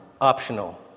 optional